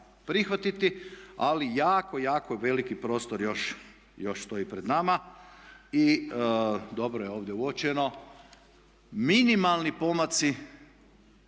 prihvatiti. Ali jako, jako veliki prostor još stoji pred nama. I dobro je ovdje uočeno minimalni pomaci